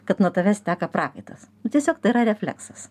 kad nuo tavęs teka prakaitas tiesiog tai yra refleksas